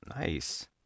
nice